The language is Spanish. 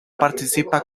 participa